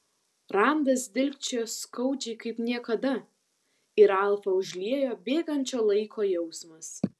randas dilgčiojo skaudžiai kaip niekada ir ralfą užliejo bėgančio laiko jausmas